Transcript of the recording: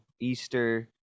easter